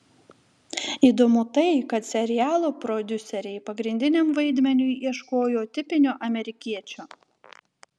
įdomu tai kad serialo prodiuseriai pagrindiniam vaidmeniui ieškojo tipinio amerikiečio